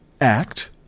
Act